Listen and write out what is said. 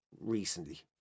recently